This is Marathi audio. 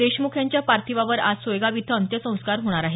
देशमुख यांच्या पार्थिवावर आज सोयगाव इथ अंत्यसंस्कार होणार आहेत